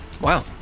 Wow